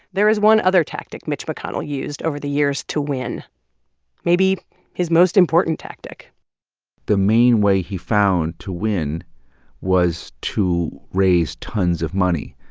there is one other tactic mitch mcconnell used over the years to win maybe his most important tactic the main way he found to win was to raise tons of money,